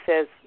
says